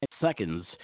seconds